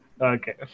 Okay